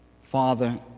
Father